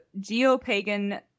Geopagan